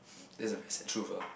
that's a very sad truth ah